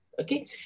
Okay